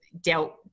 dealt